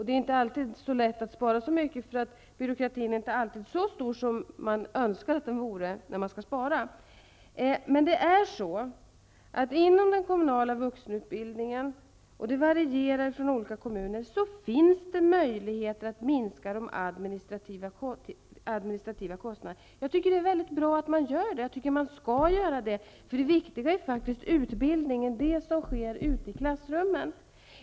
Det är inte alltid så lätt att spara, därför att byråkratin inte alltid är så omfattande som man nästan önskar att den vore då man skall spara. Inom den kommunala vuxenutbildningen -- och den varierar i olika kommuner -- finns det möjligheter att minska de administrativa kostnaderna. Jag tycker att det är väldigt bra att man försöker göra det. Jag tycker att man skall göra det, för det viktiga är faktiskt utbildningen, det som sker ute i klassrummen.